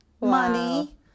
money